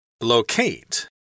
Locate